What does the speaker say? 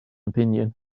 opinion